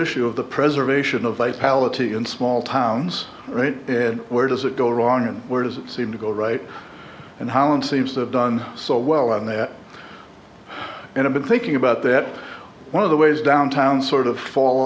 issue of the preservation of a palette in small towns and where does it go wrong and where does it seem to go right and how and seems to have done so well on that and i've been thinking about that one of the ways downtown sort of fall